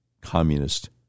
Communist